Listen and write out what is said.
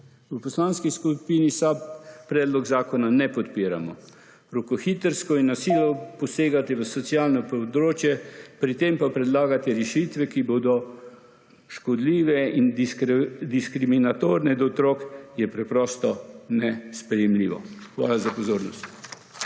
V poslanski skupini SAB predlog zakona ne podpiramo. Rokohitrsko in na silo posegati v socialno področje, pri tem pa predlagati rešitve, ki bodo škodljive in diskriminatorne do otrok, je preprosto nesprejemljivo. Hvala za pozornost.